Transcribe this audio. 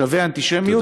שווה אנטישמיות.